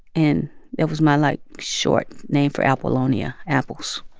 and that was my, like, short name for apollonia apples